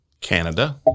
Canada